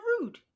rude